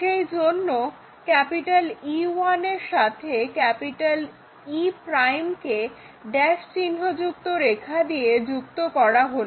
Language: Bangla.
সেজন্য E1 এর সাথে E কে ড্যাশ চিহ্নযুক্ত রেখা দিয়ে যুক্ত করা হলো